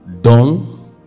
done